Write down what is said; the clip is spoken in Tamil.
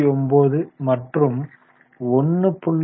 99 மற்றும் 1